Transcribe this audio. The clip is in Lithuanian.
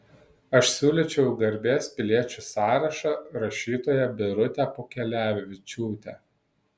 aš siūlyčiau į garbės piliečių sąrašą rašytoją birutę pūkelevičiūtę